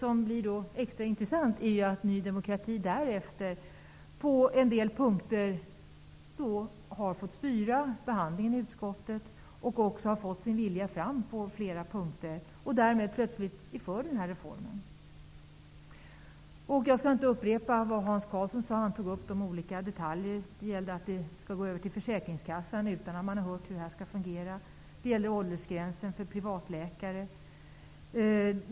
Det som är extra intressant är att Ny demokrati därefter på flera punkter fick styra behandlingen i utskottet och fick sin vilja igenom, och därmed plötsligt var för propositionen. Jag skall inte upprepa vad Hans Karlsson sade. Han tog upp de olika detaljerna. Det gäller att försäkringskassan skall ta över detta utan att man har fått reda på hur det skall fungera. Det gäller åldersgränsen för privatläkare.